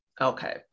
Okay